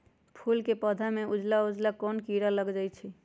फूल के पौधा में उजला उजला कोन किरा लग जई छइ?